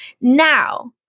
now